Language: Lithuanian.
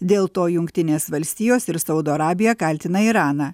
dėl to jungtinės valstijos ir saudo arabija kaltina iraną